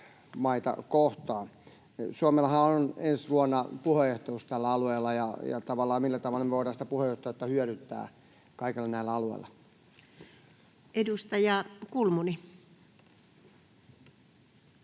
maita kohtaan? Suomellahan on ensi vuonna puheenjohtajuus tällä alueella. Millä tavalla me voidaan tavallaan sitä puheenjohtajuutta hyödyntää kaikilla näillä alueilla? Edustaja Kulmuni.